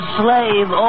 slave